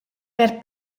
per